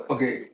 Okay